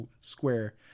square